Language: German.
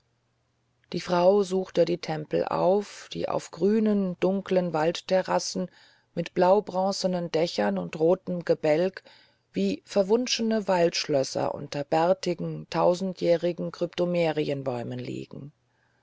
die frau suchte die tempel auf die auf grünen dunkeln waldterrassen mit blaubronzenen dächern und rotem gebälk wie verwunschene waldschlösser unter bärtigen tausendjährigen kryptomerienbäumen liegen